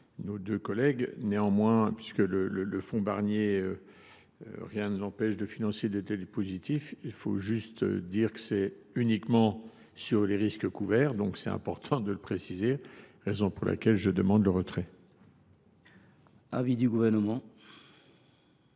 l’avis du Gouvernement ?